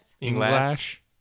English